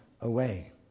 away